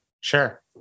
Sure